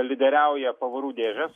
lyderiauja pavarų dėžės